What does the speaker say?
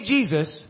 Jesus